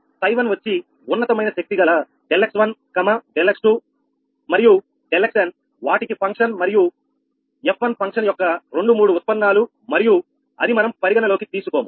𝛹1 వచ్చి ఉన్నతమైన శక్తి గల ∆x1 ∆x2 and ∆xn వాటికి ఫంక్షన్ మరియు f1 ఫంక్షన్ యొక్క రెండు మూడు ఉత్పన్నాలు మరియు అది మనం పరిగణనలోకి తీసుకోము